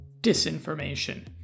disinformation